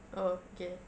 oh okay